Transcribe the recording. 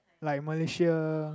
like Malaysia